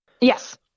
Yes